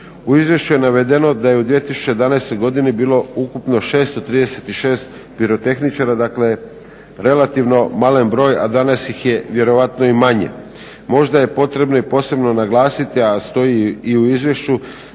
U izvješću je navedeno da je u 2011. godini bilo ukupno 636 pirotehničara, dakle relativno malen broj, a danas ih je vjerojatno i manje. Možda je potrebno i posebno naglasiti, a stoji i u izvješću,